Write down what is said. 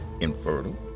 infertile